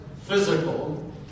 physical